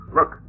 Look